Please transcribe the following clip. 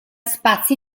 spazi